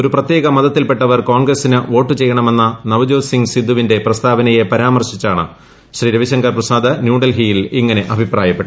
ഒരു പ്രത്യേക മതത്തിൽപ്പെട്ടവർ കോൺഗ്രസിന് വോട്ടു ചെയ്യണമെന്ന നവജ്യോത്സിംഗ് സിദ്ദുവിന്റെ പ്രസ്താവനയെ പരാമർശിച്ചാണ് ശ്രീ രവിശങ്കർ പ്രസാദ് ന്യൂഡൽഹിയിൽ ഇങ്ങനെ അഭിപ്രായപ്പെട്ടത്